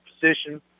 position